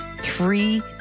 Three